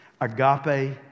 Agape